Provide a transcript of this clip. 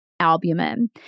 albumin